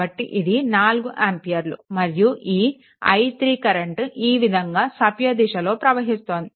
కాబట్టి ఇది 4 ఆంపియర్లు మరియు ఈ i3 కరెంట్ ఈ విధంగా సవ్యదిశలో ప్రవహిస్తోంది